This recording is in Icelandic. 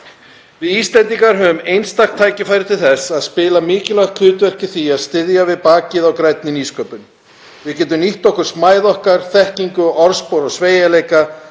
Við Íslendingar höfum einstakt tækifæri til þess að spila mikilvægt hlutverk í því að styðja við bakið á grænni nýsköpun. Við getum nýtt okkur smæð okkar, þekkingu, orðspor og sveigjanleika